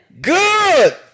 Good